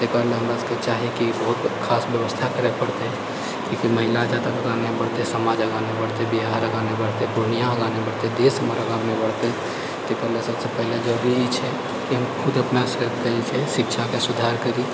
एकरालए हमरासबके चाही कि बहुत खास बेबस्था करैके पड़तै कियाकि महिला जबतक आगाँ नहि बढ़तै समाज आगाँ नहि बढ़तै बिहार आगाँ नहि बढ़तै दुनिआ आगाँ नहि बढ़तै देश हमर आगाँ नहि बढ़तै एकरालए सबसँ पहिले जरूरी ई छै कि हम खुद अपना सबके जे छै शिक्षाके सुधार करी